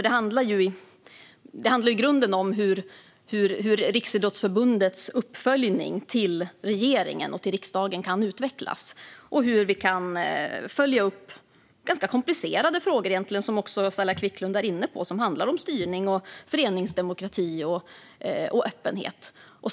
Det handlar i grunden om hur Riksidrottsförbundets uppföljning till regeringen och riksdagen kan utvecklas och om hur vi kan följa upp de ganska komplicerade frågor som Saila Quicklund har varit inne på och som handlar om styrning, föreningsdemokrati och öppenhet.